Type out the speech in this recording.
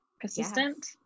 persistent